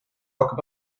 rohkem